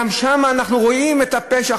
גם שם אנחנו רואים את הפשע,